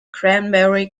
cranberry